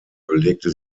belegte